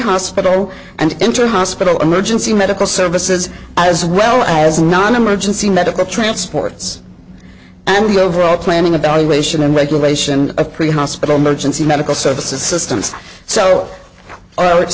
hospital and enter hospital emergency medical services as well as non emergency medical transports and the overall planning of valuation and regulation of pre hospital emergency medical s